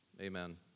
Amen